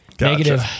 Negative